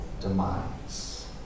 demise